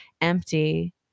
empty